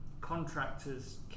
contractors